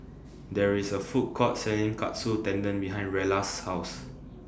There IS A Food Court Selling Katsu Tendon behind Rella's House